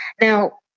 Now